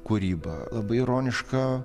kūrybą labai ironišką